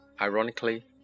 Ironically